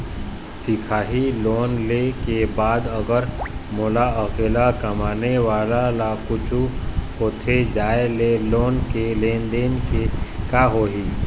दिखाही लोन ले के बाद अगर मोला अकेला कमाने वाला ला कुछू होथे जाय ले लोन के लेनदेन के का होही?